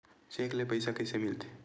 Cheque ले पईसा कइसे मिलथे?